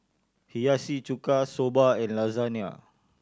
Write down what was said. Hiyashi Chuka Soba and Lasagna